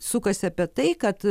sukasi apie tai kad